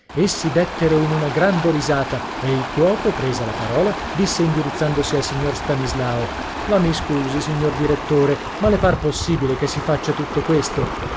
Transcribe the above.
rivelazioni essi dèttero in una grande risata e il cuoco presa la parola disse indirizzandosi al signor stanislao la mi scusi signor direttore ma le par possibile che si faccia tutto questo